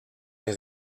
est